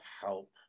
help